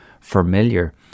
familiar